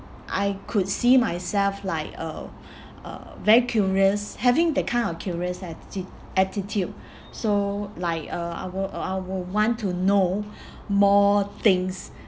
I could see myself like uh uh very curious having that kind of curious attitude attitude so like uh I will uh I will want to know more things